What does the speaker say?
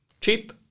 cheap